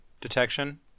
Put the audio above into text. detection